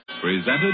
Presented